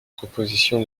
proposition